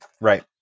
Right